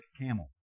camel